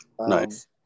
Nice